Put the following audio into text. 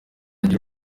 agira